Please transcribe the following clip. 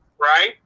right